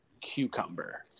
cucumber